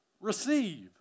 receive